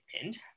pinned